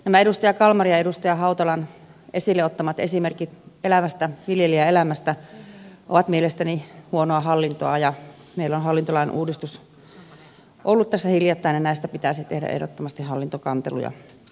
nämä edustaja kalmarin ja edustaja hautalan esille ottamat esimerkit elävästä viljelijän elämästä ovat mielestäni huonoa hallintoa ja meillä on hallintolain uudistus ollut tässä hiljattain ja näistä pitäisi tehdä ehdottomasti hallintokanteluja